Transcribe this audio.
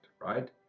right